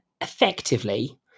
effectively